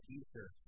Easter